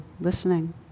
listening